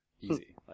easy